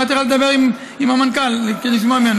אמרתי לך לדבר עם המנכ"ל כדי לשמוע ממנו,